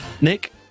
Nick